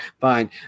fine